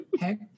heck